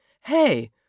Hey